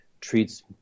treats